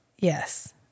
Yes